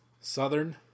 Southern